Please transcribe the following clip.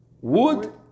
wood